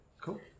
Cool